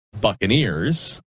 buccaneers